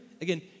Again